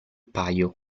paio